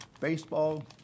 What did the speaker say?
baseball